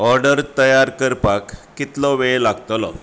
order तयार करपाक कितलो वेळ लागतलो